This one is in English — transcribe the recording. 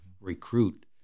recruit